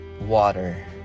water